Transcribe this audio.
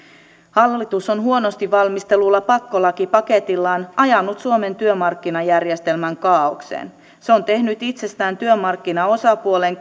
hallitus on huonosti valmistellulla pakkolakipaketillaan ajanut suomen työmarkkinajärjestelmän kaaokseen se on tehnyt itsestään työmarkkinaosapuolen